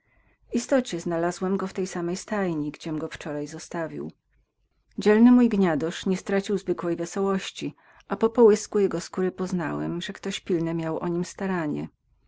w istocie znalazłem go w tej samej stajni gdziem go był wczoraj zostawił dzielny mój gniadosz nie stracił zwykłej wesołości a po połysku jego skóry poznałem że ktoś pilne miał o nim staranie